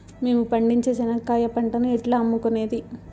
మేము పండించే చెనక్కాయ పంటను ఎట్లా అమ్ముకునేది?